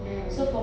mm